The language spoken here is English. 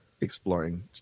exploring